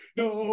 no